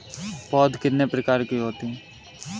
पौध कितने प्रकार की होती हैं?